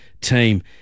team